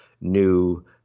new